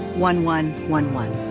one, one, one, one,